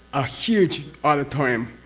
a huge auditorium